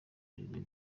areruya